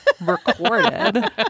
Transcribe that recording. recorded